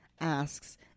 asks